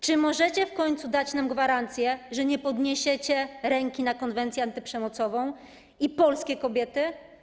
Czy możecie w końcu dać nam gwarancję, że nie podniesiecie ręki na konwencję antyprzemocową i polskie kobiety?